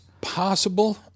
possible